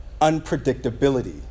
unpredictability